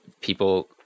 people